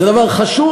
זה דבר חשוב,